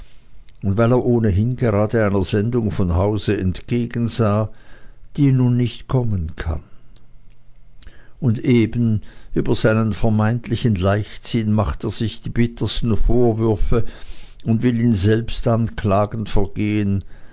und weil er ohnedies gerade einer sendung von hause entgegensah die nun nicht kommen kann und eben über seinen vermeintlichen leichtsinn macht er sich die bittersten vorwürfe und will in selbstanklagen vergehen